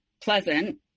pleasant